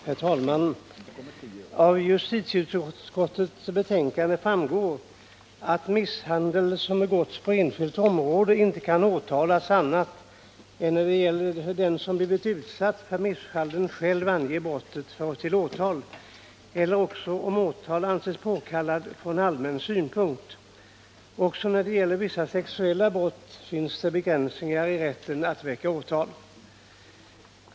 Herr talman! Av justitieutskottets betänkande framgår att misshandel som begåtts på enskilt område inte kan åtalas annat än när den som blivit utsatt för misshandeln själv anger brottet till åtal, eller också om åtal anses påkallat från allmän synpunkt. Också när det gäller vissa sexuella brott finns det begränsningar i rätten att väcka åtal.